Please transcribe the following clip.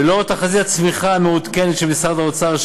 ולאור תחזית הצמיחה המעודכנת של משרד האוצר,